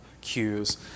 cues